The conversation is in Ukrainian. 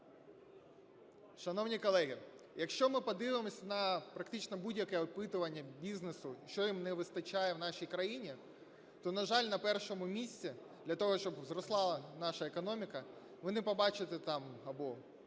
Шановні колеги, якщо ми подивимося на практично будь-яке опитування бізнесу, що їм не вистачає в нашій країні, то, на жаль, на першому місці, для того, щоб зростала наша економіка, ви не побачите там або